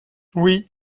oui